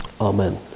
Amen